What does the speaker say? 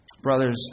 Brothers